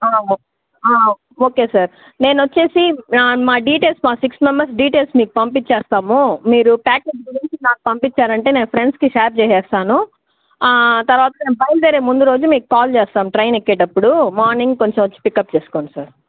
okay sir నేనొచ్చేసి మా details మా సిక్స్ మెంబర్స్ డీటెయిల్స్ మీకు పంపిచ్చేస్తాము మీరు ప్యాకేజ్ గురించి నాకు పంపించారంటే నేను ఫ్రెండ్స్కి షేర్ చేసేస్తాను తరువాత మేము బయల్దేరే ముందు రోజు మీకు కాల్ చేస్తాను ట్రైన్ ఎక్కేటప్పుడు మార్నింగ్ కొంచెం వచ్చి పికప్ చేసుకోండి సార్